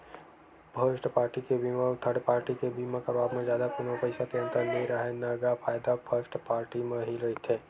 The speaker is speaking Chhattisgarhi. फस्ट पारटी के बीमा अउ थर्ड पाल्टी के बीमा करवाब म जादा कोनो पइसा के अंतर नइ राहय न गा फायदा फस्ट पाल्टी म ही रहिथे